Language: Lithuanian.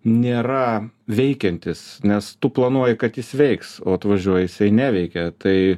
nėra veikiantis nes tu planuoji kad jis veiks o atvažiuoji jisai neveikia tai